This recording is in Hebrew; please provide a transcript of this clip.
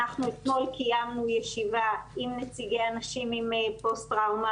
אנחנו אתמול קיימנו ישיבה עם נציגי אנשים עם פוסט-טראומה,